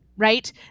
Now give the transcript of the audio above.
right